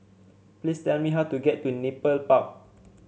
please tell me how to get to Nepal Park